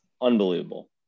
unbelievable